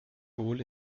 wohl